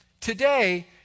today